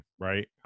right